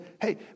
hey